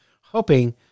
hoping